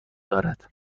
دارد